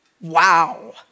Wow